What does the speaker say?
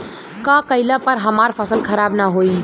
का कइला पर हमार फसल खराब ना होयी?